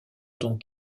donc